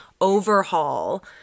overhaul